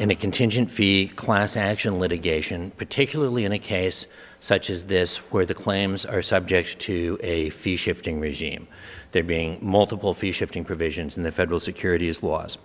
in a contingent fee class action litigation particularly in a case such as this where the claims are subject to a fee shifting regime there being multiple fee shifting provisions in the federal securit